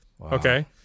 okay